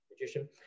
magician